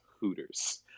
Hooters